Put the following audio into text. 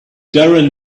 darren